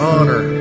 Honor